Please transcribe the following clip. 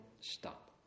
stop